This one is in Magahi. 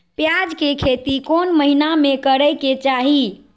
प्याज के खेती कौन महीना में करेके चाही?